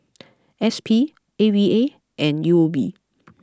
S P A V A and U O B